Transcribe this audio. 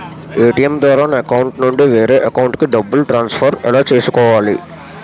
ATM ద్వారా నా అకౌంట్లోనుంచి వేరే అకౌంట్ కి డబ్బులు ట్రాన్సఫర్ ఎలా చేసుకోవాలి?